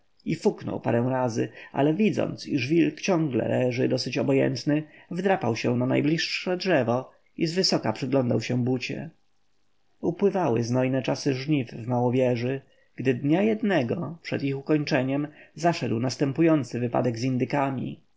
i fuknął parę razy ale widząc iż wilk ciągle leży dosyć obojętny wdrapał się na najbliższe drzewo i z wysoka przyglądał się bucie bucie upływały znojne czasy żniw w małowieży gdy dnia jednego przed ich ukończeniem zaszedł następujący wypadek z indykami